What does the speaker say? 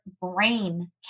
brain